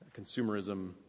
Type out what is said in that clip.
consumerism